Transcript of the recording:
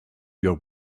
your